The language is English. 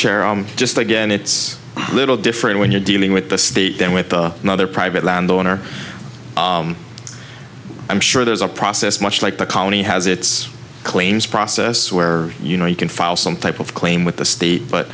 chair just again it's a little different when you're dealing with the state then with another private landowner i'm sure there's a process much like the county has its claims process where you know you can file some type of claim with the state but